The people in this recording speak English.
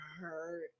hurt